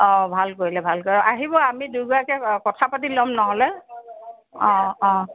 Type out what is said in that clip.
অ ভাল কৰিলে ভাল কৰিলে আহিব আমি দুয়োগৰাকীয়ে কথা পাতি লম নহ'লে অ অ